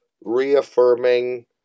reaffirming